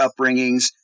upbringings